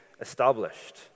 established